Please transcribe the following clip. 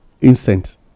incense